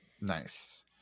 Nice